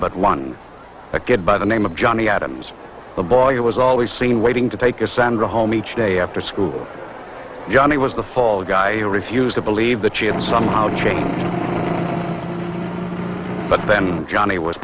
but one that get by the name of johnny adams the boy was always seen waiting to take a sandra home each day after school jani was the fall guy who refused to believe that she had somehow changed but then johnny was